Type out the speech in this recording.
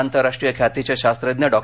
आंतरराष्ट्रीय ख्यातीचे शास्त्रज्ञ डॉ